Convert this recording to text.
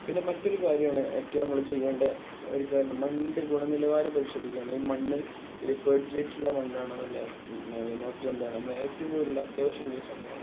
പിന്നെ മറ്റൊരു കാര്യമാണ് ഏറ്റവും നമ്മൾ ചെയ്യേണ്ട ഒരു കാര്യം മണ്ണിൻ്റെ ഗുണനിലവാരം പരിശോധിക്കലാണ് ഈ മണ്ണ് ഒരു ഫേർട്ടിലേറ്ററുള്ള മണ്ണാണെന്നുള്ള നോക്കലാണ് എന്താണ് നമ്മൾ ഏറ്റവും കൂടുതൽ അത്യാവശ്യമുള്ള ഒരു സംഭവമാ ണ്